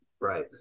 Right